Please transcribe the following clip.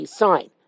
sign